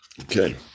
Okay